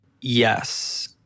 Yes